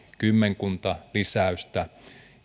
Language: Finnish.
kymmenkunta lisäystä